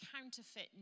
counterfeit